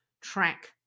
track